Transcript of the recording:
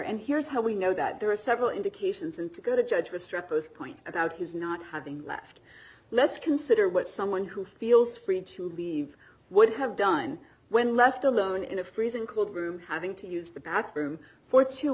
and here's how we know that there are several indications and to go the judge was struck post point about his not having left let's consider what someone who feels free to leave would have done when left alone in a freezing cold room having to use the bathroom for two